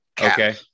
Okay